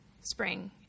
spring